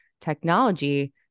technology